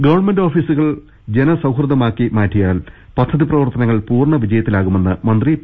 government ഓഫീസുകൾ ജനസൌഹൃദമാക്കി മാറ്റിയാൽ പദ്ധതി പ്രവർത്തനങ്ങൾ പൂർണ വിജയത്തിലാകുമെന്ന് മന്ത്രി പി